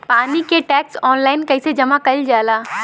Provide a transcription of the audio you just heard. पानी क tax online कईसे जमा कईल जाला?